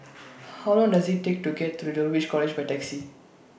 How Long Does IT Take to get to Dulwich College By Taxi